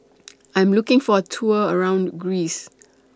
I Am looking For A Tour around Greece